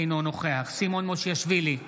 אינו נוכח סימון מושיאשוילי,